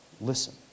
listen